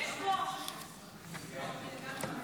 היא תקריא את כל מי שלא נכח באולם.